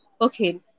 okay